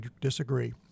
disagree